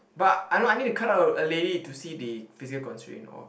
but I know I need to cut out a lady to see the physical constraint or